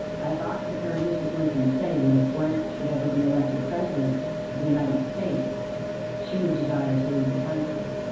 i have often heard mrs. lincoln say that if grant should ever be elected president of the united states she would desire to leave the country,